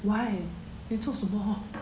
why 你做什么